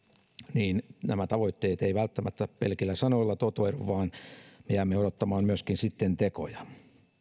niin nämä tavoitteet eivät välttämättä pelkillä sanoilla toteudu vaan me jäämme odottamaan myöskin sitten tekoja